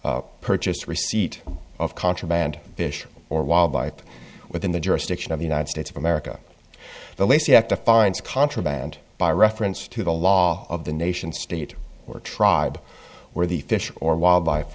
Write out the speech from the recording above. purchase receipt of contraband fish or wildlife within the jurisdiction of the united states of america the lacey act of finds contraband by reference to the law of the nation state or tribe where the fish or wildlife